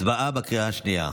הצבעה בקריאה השנייה.